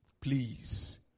Please